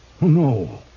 No